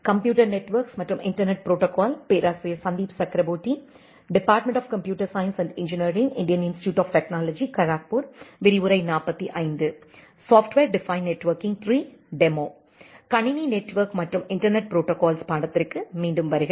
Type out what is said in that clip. கணினி நெட்வொர்க் மற்றும் internet protocols பாடத்திற்கு மீண்டும் வருக